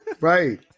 Right